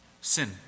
Sin